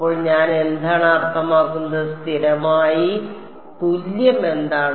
അപ്പോൾ ഞാൻ എന്താണ് അർത്ഥമാക്കുന്നത് സ്ഥിരമായി തുല്യം എന്താണ്